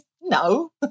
No